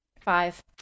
five